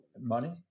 money